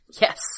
Yes